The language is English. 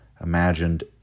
imagined